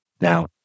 Now